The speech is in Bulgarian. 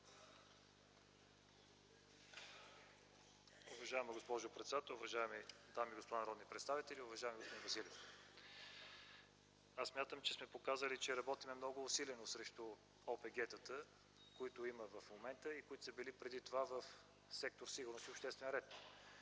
Уважаема госпожо председател, уважаеми дами и господа народни представители, уважаеми господин Василев! Аз смятам, че сме показали, че работим много усилено срещу ОПГ-тата, които има в момента и които са били преди това в Сектор „Сигурност и обществен ред”.